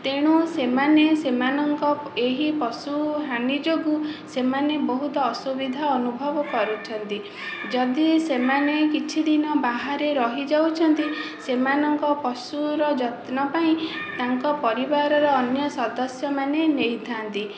ତେଣୁ ସେମାନେ ସେମାନଙ୍କ ଏହି ପଶୁ ହାନୀ ଯୋଗୁଁ ସେମାନେ ବହୁତ ଅସୁବିଧା ଅନୁଭବ କରୁଛନ୍ତି ଯଦି ସେମାନେ କିଛି ଦିନ ବାହାରେ ରହିଯାଉଛନ୍ତି ସେମାନଙ୍କ ପଶୁର ଯତ୍ନ ପାଇଁ ତାଙ୍କ ପରିବାରର ଅନ୍ୟ ସଦସ୍ୟ ମାନେ ନେଇଥାନ୍ତି